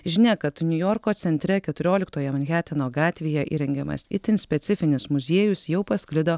žinia kad niujorko centre keturioliktoje manheteno gatvėje įrengiamas itin specifinis muziejus jau pasklido